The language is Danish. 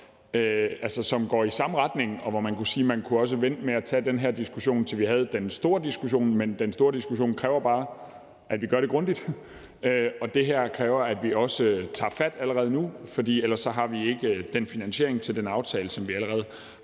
som går i samme retning. Man kunne også sige, at vi kunne vente med at tage den her diskussion, til vi havde den store diskussion, men den store diskussion kræver bare, at vi gør det grundigt, og den kræver også, at vi tager fat allerede nu, for ellers har vi ikke finansieringen til den aftale, som vi allerede